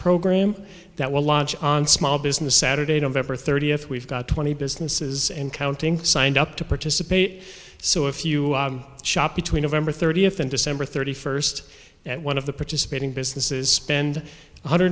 program that will launch on small business saturday nov thirtieth we've got twenty businesses and counting signed up to participate so if you shop between november thirtieth and december thirty first at one of the participating businesses spend one hundred